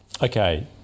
okay